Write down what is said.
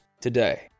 today